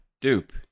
Dupe